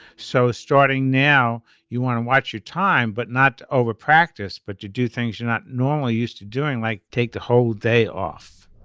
so starting now you want to watch your time but not over practice but you do things you're not normally used to doing like take the whole day off.